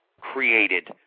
created